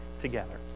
together